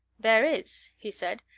there is, he said,